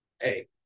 hey